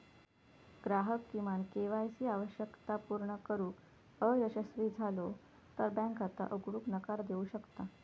ग्राहक किमान K Y C आवश्यकता पूर्ण करुक अयशस्वी झालो तर बँक खाता उघडूक नकार देऊ शकता